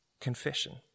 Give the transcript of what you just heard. confession